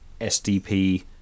SDP